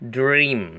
dream